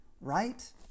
right